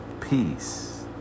peace